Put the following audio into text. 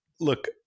Look